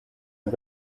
are